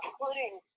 including